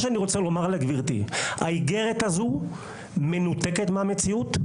אני רוצה לומר שהאיגרת הזו מנותקת מהמציאות.